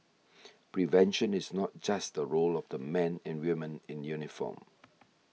prevention is not just the role of the men and women in uniform